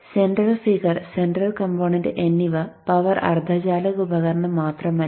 central figure central component എന്നിവ power അർദ്ധചാലക ഉപകരണം മാത്രമല്ല